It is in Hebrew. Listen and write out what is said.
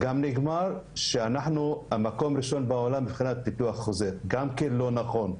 נאמר גם שאנחנו במקום ראשון בעולם מבחינת ניתוח חוזר וגם זה לא נכון.